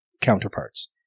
counterparts